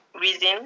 reason